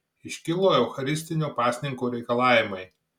iškilo eucharistinio pasninko reikalavimai